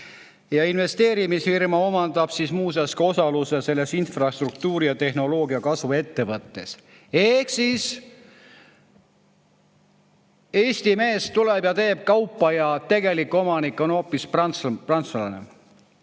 Investeerimisfirma omandab muuseas ka osaluse selles infrastruktuuri- ja tehnoloogiakasvuettevõttes. Ehk siis tuleb Eesti mees ja teeb kaupa, kuid tegelik omanik on hoopis prantslane.